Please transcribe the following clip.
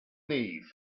knees